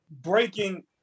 breaking